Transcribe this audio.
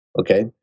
Okay